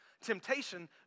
Temptation